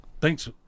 thanks